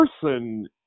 person